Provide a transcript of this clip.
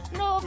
no